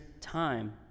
time